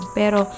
pero